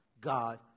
God